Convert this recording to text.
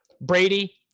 Brady